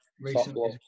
recently